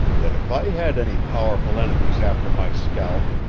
that if i had any powerful enemies after my scalp,